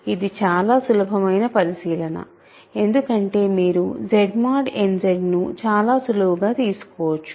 ఇది చాలా సులభమైన పరిశీలన ఎందుకంటే మీరు Z mod n Z ను చాలా సులువుగా తీసుకోవచ్చు